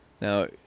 Now